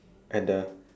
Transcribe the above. and the